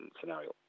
scenario